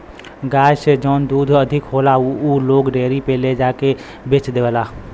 गाय से जौन दूध अधिक होला उ लोग डेयरी पे ले जाके के बेच देवला